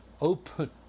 Open